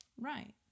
Right